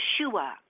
Yeshua